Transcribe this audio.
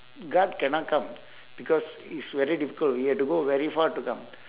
guard cannot come because it's very difficult he had to go very far to come